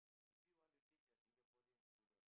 if you want to teach a Singaporean student